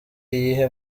iyihe